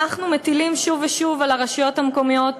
אנחנו שוב ושוב מטילים על הרשויות המקומיות